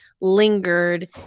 lingered